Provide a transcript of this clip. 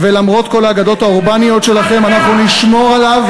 מה, אתה רוצה להוציא אותנו מהכנסת?